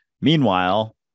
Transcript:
Meanwhile